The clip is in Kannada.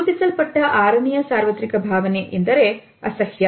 ಗುರುತಿಸಲ್ಪಟ್ಟ ಆರನೆಯ ಸಾರ್ವತ್ರಿಕ ಭಾವನೆ ಎಂದರೆ ಅಸಹ್ಯ